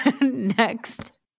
next